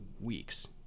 weeks